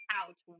out